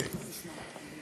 בקריאה שנייה ובקריאה שלישית.